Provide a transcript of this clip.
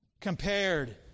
compared